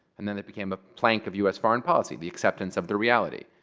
and then it became a plank of us foreign policy, the acceptance of the reality.